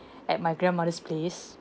at my grandmother's place